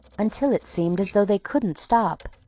until it seemed as though they couldn't stop.